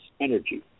energy